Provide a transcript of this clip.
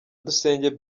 dusenge